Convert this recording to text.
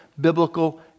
biblical